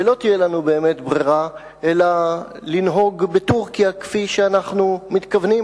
ולא תהיה לנו באמת ברירה אלא לנהוג בטורקיה כפי שאנחנו מתכוונים,